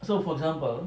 so for example